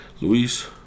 Luis